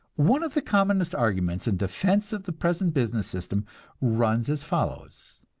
one of the commonest arguments in defense of the present business system runs as follows